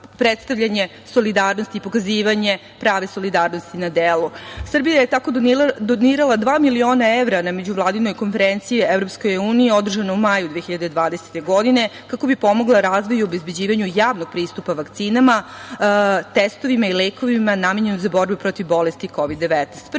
solidarnosti i pokazivanje prave solidarnosti na delu. Srbija je tako donirala dva miliona evra na međuvladinoj konferenciji EU, održane u maju 2020. godine, kako bi pomogla razvoju obezbeđivanju javnog pristupa vakcinama, testovima i lekovima namenjenim za borbu protiv bolesti Kovid 19.